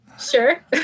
sure